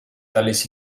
tales